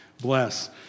bless